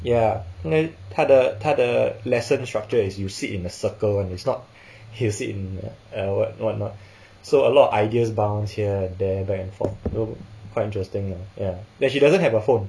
ya then 她的她的 lesson structure is you sit in a circle [one] it's not you sit in uh what what not so a lot of ideas bounce here and there back and forth so quite interesting ya like she doesn't have a phone